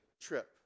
trip